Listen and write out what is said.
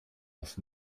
auf